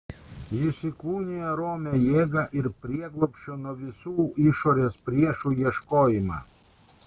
jis įkūnija romią jėgą ir prieglobsčio nuo visų išorės priešų ieškojimą